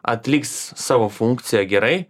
atliks savo funkciją gerai